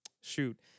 Shoot